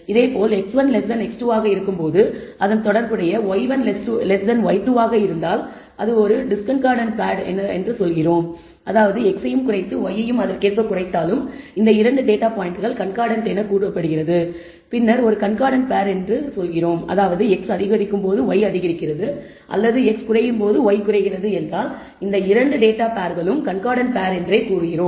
இதேபோல் x1x2 ஆக இருக்கும்போது அதனுடன் தொடர்புடைய y1y2 ஆக இருந்தால் அது ஒரு கண்கார்டன்ட் பேர் என்று சொல்கிறோம் அதாவது x குறைந்து y யையும் அதற்கேற்ப குறைந்தாலும் இந்த 2 டேட்டா பாயிண்டுகள் கண்கார்டன்ட் என்று கூறப்படுகிறது பின்னர் ஒரு கண்கார்டன்ட் பேர் என்றும் சொல்கிறோம் அதாவது x அதிகரிக்கும் போது y அதிகரிக்கிறது அல்லது x குறையும்போது y குறைகிறது என்றால் இந்த 2 டேட்டா பேர்களும் கண்கார்டன்ட் பேர் என்று கூறுகிறோம்